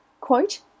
quote